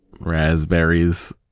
raspberries